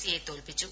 സിയെ തോൽപിച്ചു